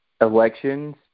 elections